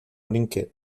brinquedo